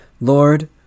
Lord